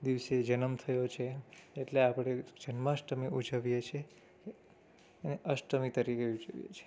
દિવસે જન્મ થયો છે એટલે આપણે જન્માષ્ટમી ઉજવીએ છીએ અષ્ટમી તરીકે ઉજવીએ છીએ